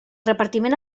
repartiment